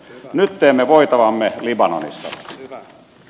nyt teemme voitavamme libanonissa